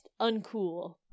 uncool